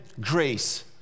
grace